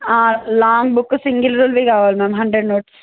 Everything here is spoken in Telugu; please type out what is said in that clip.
లాంగ్ బుక్కు సింగల్ రూల్డ్ కావాలి మ్యామ్ హండ్రెడ్ నోట్స్